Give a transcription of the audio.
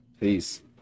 Peace